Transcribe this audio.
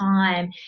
time